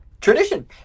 Tradition